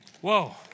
Whoa